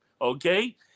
okay